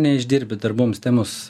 neišdirbę darboms temos